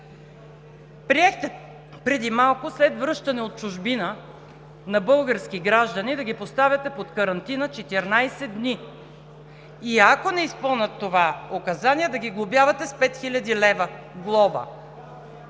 Приехте преди малко – след връщане от чужбина на български граждани да ги поставяте под карантина 14 дни и ако не изпълнят това указание, да ги глобявате с 5 хил. лв. глоба!